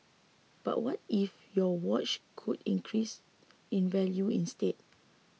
but what if your watch could increase in value instead